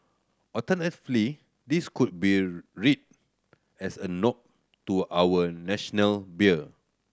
alternatively this could be read as a nod to our National beer